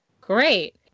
Great